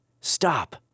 Stop